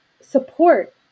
support